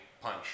punch